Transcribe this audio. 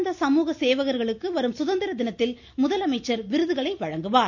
சிறந்த சமுக சேவகர்களுக்கு வரும் சுதந்திர தினத்தில் முதலமைச்சர் விருதுகளை வழங்குவார்